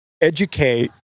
educate